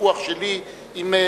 ויכוח שלי עם,